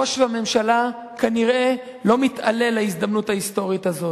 ראש הממשלה כנראה לא מתעלה להזדמנות ההיסטורית הזאת.